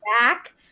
back